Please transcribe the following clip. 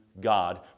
God